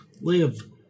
live